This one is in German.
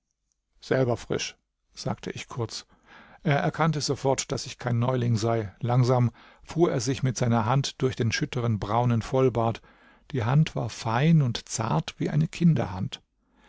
selber frisch sagte ich kurz er erkannte sofort daß ich kein neuling sei langsam fuhr er sich mit seiner hand durch den schütteren braunen vollbart die hand war fein und zart wie eine kinderhand